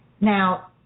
now